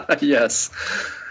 yes